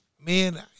man